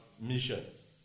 missions